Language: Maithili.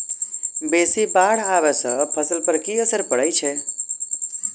बेसी बाढ़ आबै सँ फसल पर की असर परै छै?